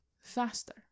faster